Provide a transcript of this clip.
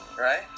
Right